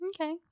okay